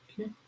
okay